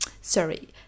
sorry